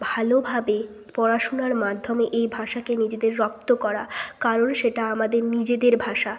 ভালোভাবে পড়াশুনার মাধ্যমে এই ভাষাকে নিজেদের রপ্ত করা কারণ সেটা আমাদের নিজেদের ভাষা